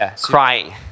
crying